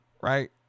right